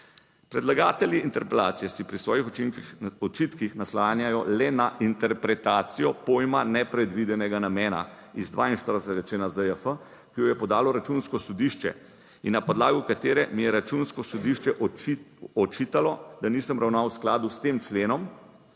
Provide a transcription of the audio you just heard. Predlagatelji interpelacije se pri svojih učinkih, očitkih naslanjajo le na interpretacijo pojma nepredvidenega namena iz 42. člena ZJF, ki jo je podalo Računsko sodišče in na podlagi katere mi je Računsko sodišče očitalo, da nisem ravnal v skladu s tem členom,